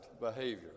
behavior